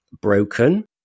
broken